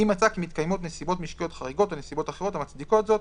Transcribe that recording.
אם מצא כי מתקיימות נסיבות משקיות חריגות או נסיבות אחרות המצדיקות זאת,